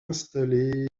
installer